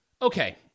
Okay